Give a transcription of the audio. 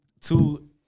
to-